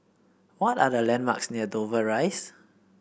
what are the landmarks near Dover Rise